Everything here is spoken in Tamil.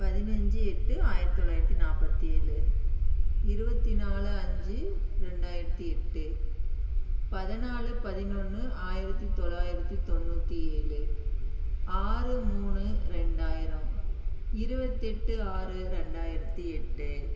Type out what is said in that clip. பதினஞ்சு எட்டு ஆயிரத்தி தொள்ளாயிரத்தி நாற்பத்தி ஏழு இருபத்தி நாலு அஞ்சு ரெண்டாயிரத்தி எட்டு பதினாலு பதினொன்று ஆயிரத்தி தொள்ளாயிரத்தி தொண்ணூற்றி ஏழு ஆறு மூணு ரெண்டாயிரம் இருபத்தெட்டு ஆறு ரெண்டாயிரத்தி எட்டு